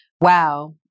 wow